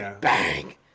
bang